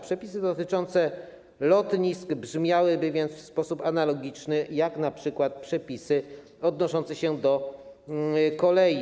Przepisy dotyczące lotnisk brzmiałyby więc w sposób analogiczny do np. przepisów odnoszących się do kolei.